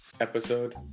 Episode